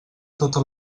totes